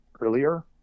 earlier